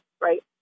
right